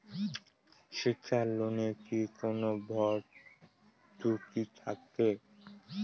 শিক্ষার লোনে কি কোনো ভরতুকি থাকে?